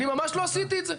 אני ממש לא עשיתי את זה.